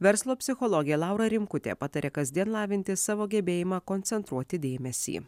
verslo psichologė laura rimkutė pataria kasdien lavinti savo gebėjimą koncentruoti dėmesį